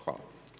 Hvala.